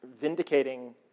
vindicating